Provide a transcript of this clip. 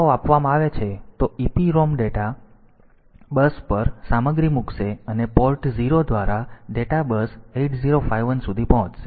તેથી જ્યારે આ રેખાઓ આપવામાં આવે છે તો EPROM ડેટા બસ પર સામગ્રી મૂકશે અને પોર્ટ 0 દ્વારા ડેટા બસ 8051 સુધી પહોંચશે